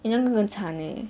eh 那个更惨 eh